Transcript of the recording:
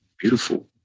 beautiful